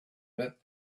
met